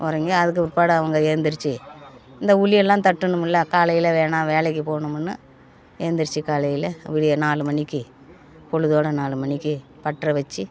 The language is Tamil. உறங்கி அதுக்கு பிற்பாடு அவங்க எந்திரிச்சு இந்த உளி எல்லாம் தட்டுணும்ல காலையில் வேணா வேலைக்கு போணுமுன்னு எந்திரிச்சு காலையில் விடிய நாலுமணிக்கு பொழுதோட நாலுமணிக்கு பட்டறவச்சி